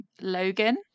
Logan